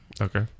Okay